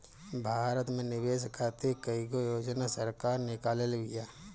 भारत में निवेश खातिर कईगो योजना सरकार निकलले बिया